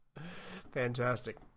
Fantastic